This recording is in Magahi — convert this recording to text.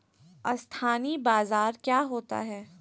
अस्थानी बाजार क्या होता है?